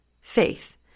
Faith